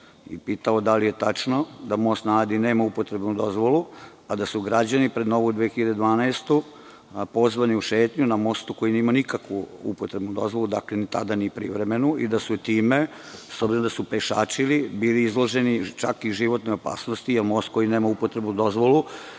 sam da li je tačno da most na Adi nema upotrebnu dozvolu, a da su građani, pred Novu 2012. godinu, pozvani u šetnju na mostu koji nije imao nikakvu upotrebnu dozvolu, ni privremenu, i da su time, s obzirom da su pešačili, bili izloženi životnoj opasnosti, jer most koji nema upotrebnu dozvolu